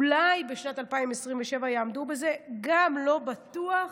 אולי בשנת 2027 יעמדו בזה, וגם לא בטוח,